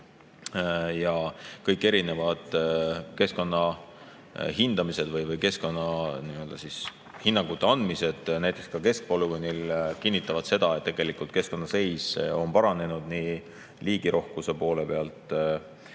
Ja kõik erinevad keskkonna hindamised või keskkonnahinnangute andmised näiteks keskpolügoonil kinnitavad seda, et tegelikult keskkonna seis on paranenud nii liigirohkuse poole pealt